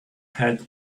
had